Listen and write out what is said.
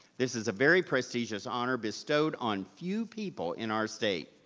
this is a very prestigious honor bestowed on few people in our state.